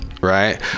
right